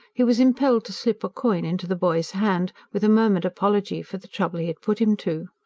he was impelled to slip a coin into the boy's hand, with a murmured apology for the trouble he had put him to.